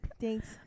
Thanks